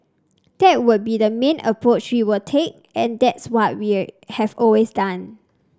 that would be the main approach we would take and that's what we have always done